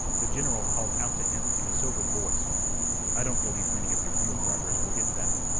the general called out to him in a sober voice i don't believe many of your mule drivers will get back.